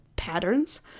patterns